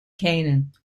canaan